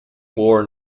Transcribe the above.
wore